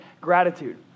gratitude